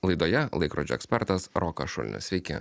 laidoje laikrodžių ekspertas rokas šulinas sveiki